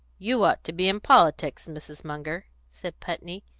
you ought to be in politics, mrs. munger, said putney.